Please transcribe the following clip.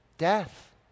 death